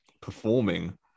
performing